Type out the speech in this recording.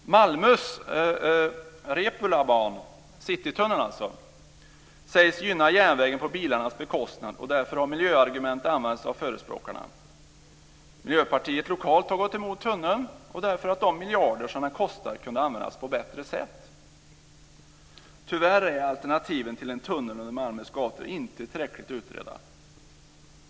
Malmös Reepaluban, alltså Citytunneln, sägs gynna järnvägen på bilarnas bekostnad. Därför har miljöargument använts av förespråkarna. Miljöpartiet lokalt har gått emot tunneln därför att de miljarder som den kostar kunde användas på bättre sätt. Tyvärr är alternativen till en tunnel under Malmös gator inte tillräckligt utredda.